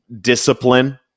discipline